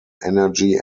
energy